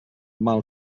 mal